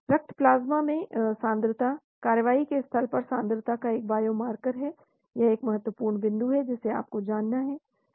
रक्त प्लाज्मा में सान्द्रता कार्रवाई के स्थल पर सान्द्रता का एक बायोमार्कर है यह एक और महत्वपूर्ण बिंदु है जिसे आपको जानना आवश्यक है